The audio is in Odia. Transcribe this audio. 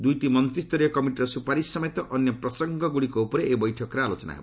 ଦୁଇଟି ମନ୍ତ୍ରୀୟ କମିଟିର ସୁପାରିଶ୍ ସମେତ ଅନ୍ୟ ପ୍ରସଙ୍ଗଗୁଡ଼ିକ ଉପରେ ଏଥିରେ ଆଲୋଚନା ହେବ